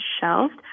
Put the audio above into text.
shelved